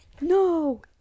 No